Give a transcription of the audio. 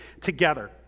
together